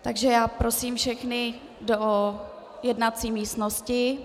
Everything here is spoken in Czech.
Takže já prosím všechny do jednací místnosti.